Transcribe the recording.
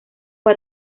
fue